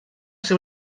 ser